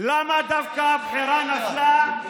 למה דווקא הבחירה נפלה,